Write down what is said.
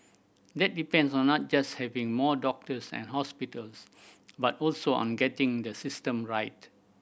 that depends on not just having more doctors and hospitals but also on getting the system right